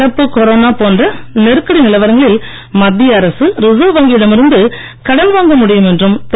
நடப்பு கொரோனா போன்ற நெருக்கடி நிலவரங்களில் மத்திய அரசு ரிசர்வ் வங்கியிடம் இருந்து கடன் வாங்க ழுடியும் என்றும் திரு